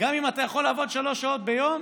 גם אם אתה יכול לעבוד שלוש שעות ביום,